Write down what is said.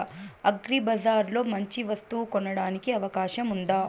అగ్రిబజార్ లో మంచి వస్తువు కొనడానికి అవకాశం వుందా?